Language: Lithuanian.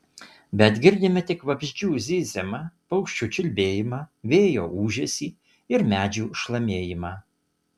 bet girdime tik vabzdžių zyzimą paukščių čiulbėjimą vėjo ūžesį ir medžių šlamėjimą